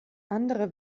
andere